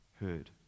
heard